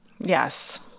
Yes